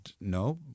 no